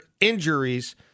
injuries